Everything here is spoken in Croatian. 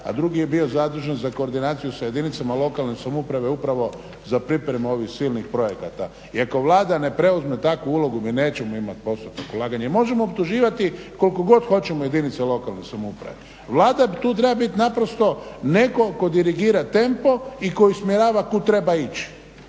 a drugi je bio zadužen za koordinaciju sa jedinicama lokalne samouprave upravo za pripremu ovih silnih projekata i ako Vlada ne preuzme takvu ulogu mi nećemo imati postotak ulaganja. I možemo optuživati koliko god hoćemo jedinice lokalne samouprave. Vlada tu treba biti naprosto netko tko dirigira tempo i koji usmjerava kud treba ići.